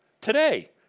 Today